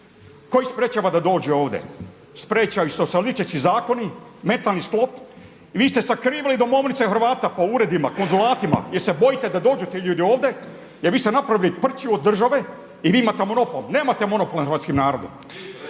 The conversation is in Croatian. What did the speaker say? Tko ih sprječava da dođu ovdje? Sprječavaju ih socijalistički zakoni, mentalni sklop. Vi ste sakrivali domovnice Hrvata po uredima, konzulatima jer se bojite da dođu ti ljudi ovdje, jer vi ste napravili prčiju od države i vi imate monopol. Nemate monopol nad hrvatskim narodom.